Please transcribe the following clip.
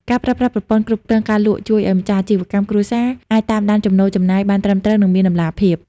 ការប្រើប្រាស់ប្រព័ន្ធគ្រប់គ្រងការលក់ ជួយឱ្យម្ចាស់អាជីវកម្មគ្រួសារអាចតាមដានចំណូលចំណាយបានត្រឹមត្រូវ និងមានតម្លាភាព។